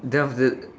that was the